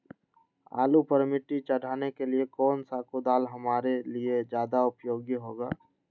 आलू पर मिट्टी चढ़ाने के लिए कौन सा कुदाल हमारे लिए ज्यादा उपयोगी होगा?